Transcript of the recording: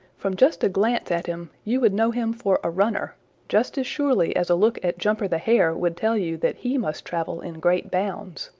from just a glance at him you would know him for a runner just as surely as a look at jumper the hare would tell you that he must travel in great bounds.